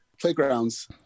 Playgrounds